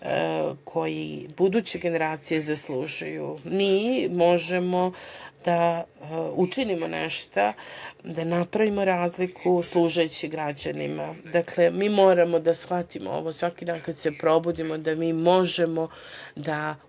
koji buduće generacije zaslužuju. Mi možemo da učinimo nešto da napravimo razliku služeći građanima. Dakle, mi moramo da shvatimo ovo svaki dan kada se probudimo da mi možemo da učinimo